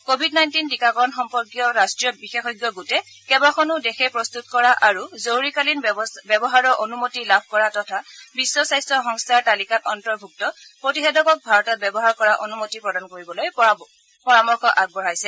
Covid nineteen টীকাকৰণ সম্পৰ্কীয় ৰাষ্ট্ৰীয় বিশেষজ্ঞ গোটে কেইবাখনো দেশে প্ৰস্তুত কৰা আৰু জৰুৰীকালীন ব্যৱহাৰৰ অনুমতি লাভ কৰা তথা বিশ্ব স্বাস্থ্য সংস্থাৰ তালিকাত অন্তৰ্ভুক্ত প্ৰতিষেধক ভাৰতত ব্যৱহাৰ কৰাৰ অনুমতি প্ৰদান কৰিবলৈ পৰামৰ্শ আগবঢ়াইছে